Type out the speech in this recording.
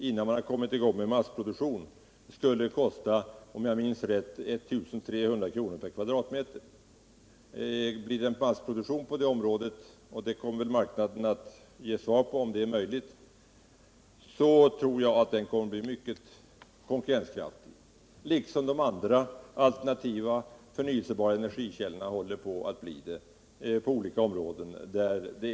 innan någon massproduktion hunnit komma i gång, om jag minns rätt kosta 1 300 kr. per kvadratmeter. Blir det en massproduktion på området, vilket marknaden snart kommer att ge svar på, tror jag att den blir mycket konkurrenskraftig på samma sätt som de andra alternativa förnyelsebara energikällorna på olika områden håller på att bli det.